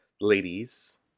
ladies